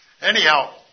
Anyhow